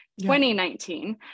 2019